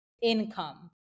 income